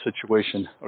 situation